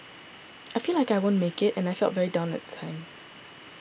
I felt like I won't make it and I felt very down at the time